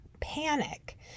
panic